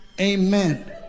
Amen